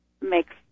makes